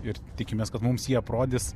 ir tikimės kad mums jį aprodys